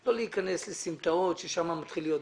לא להיכנס לסמטאות שם מתחילים ויכוחים.